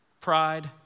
pride